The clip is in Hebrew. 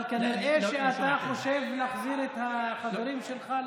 אבל כנראה שאתה חושב להחזיר את החברים שלך לשלטון,